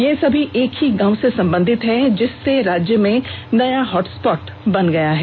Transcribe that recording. ये सभी एक ही गांव से संबंधित हैं जिससे राज्य में नया हॉटस्पॉट बन गया है